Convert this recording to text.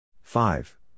Five